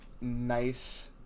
nice